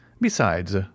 Besides